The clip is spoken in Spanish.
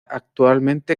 actualmente